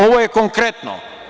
Ovo je konkretno.